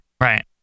Right